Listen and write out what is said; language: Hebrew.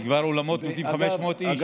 כי באולמות כבר נותנים 500 איש.